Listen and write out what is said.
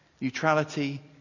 Neutrality